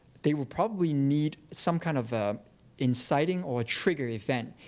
they will probably need some kind of inciting or trigger event.